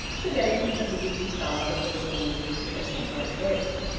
sedately pitied his father for looking ridiculous and grotesque.